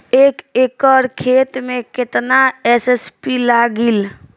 एक एकड़ खेत मे कितना एस.एस.पी लागिल?